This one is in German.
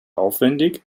aufwendig